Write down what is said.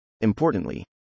Importantly